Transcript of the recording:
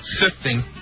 sifting